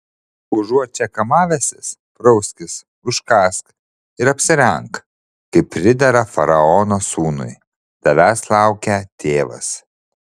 užuot čia kamavęsis prauskis užkąsk ir apsirenk kaip pridera faraono sūnui tavęs laukia tėvas